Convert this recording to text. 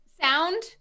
Sound